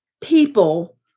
people